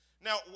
Now